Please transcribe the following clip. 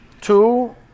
Two